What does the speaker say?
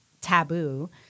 taboo